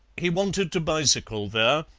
he wanted to bicycle there,